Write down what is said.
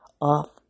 Off